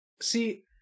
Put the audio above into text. see